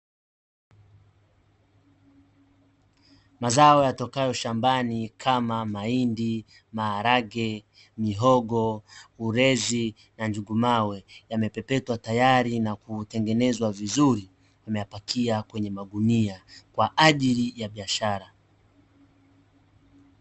Mazao yatokayo shambani kama: mahindi, maharage, mihogo, ulezi na njugu mawe, yamepepetwa tayari na kutengenezwa vizuri, wameyapakia kwenye magunia kwa ajili ya biashara.